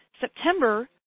September